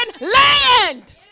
land